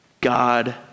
God